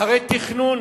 אחרי תכנון